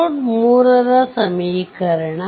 ನೋಡ್ 3 ರ ಸಮೀಕರಣ